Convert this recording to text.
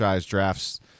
drafts